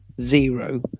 zero